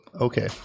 okay